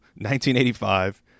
1985